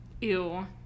ew